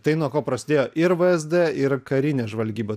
tai nuo ko prasidėjo ir vzd ir karinė žvalgyba